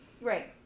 Right